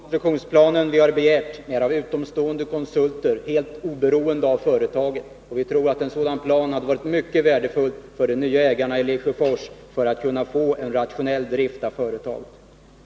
Herr talman! Det är en rekonstruktionsplan vi har begärt men utförd av utomstående konsulter — helt utanför företaget. Vi tror att en sådan plan hade varit mycket värdefull för de nya ägarna i Lesjöfors för att man skall kunna få en rationell drift av företaget.